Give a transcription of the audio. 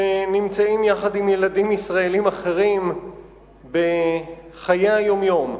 שנמצאים יחד עם ילדים ישראלים אחרים בחיי היום-יום,